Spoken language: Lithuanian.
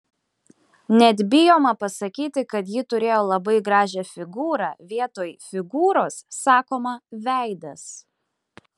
net bijoma pasakyti kad ji turėjo labai gražią figūrą vietoj figūros sakoma veidas